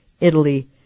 Italy